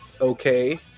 okay